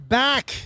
back